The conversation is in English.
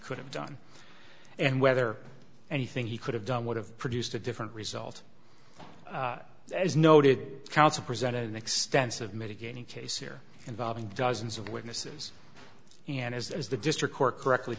could have done and whether anything he could have done would have produced a different result as noted counsel present an extensive mitigating case here involving dozens of witnesses and as the district court correctly